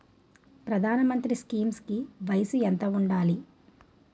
ప్రధాన మంత్రి స్కీమ్స్ కి వయసు ఎంత ఉండాలి?